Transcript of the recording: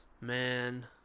Man